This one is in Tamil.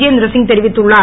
இதேந்திர சிங் தெரிவித்துள்ளார்